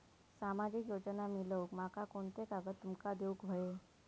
सामाजिक योजना मिलवूक माका कोनते कागद तुमका देऊक व्हये?